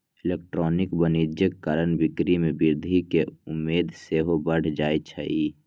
electronic वाणिज्य कारण बिक्री में वृद्धि केँ उम्मेद सेहो बढ़ जाइ छइ